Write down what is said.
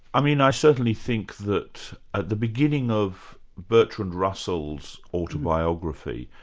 i mean i certainly think that at the beginning of bertrand russell's autobiography,